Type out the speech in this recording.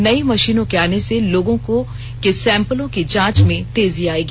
नई मशीनों के आने से लोगों के सैंपलों की जांच में तेजी आएगी